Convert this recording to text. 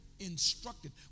Instructed